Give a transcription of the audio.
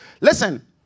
Listen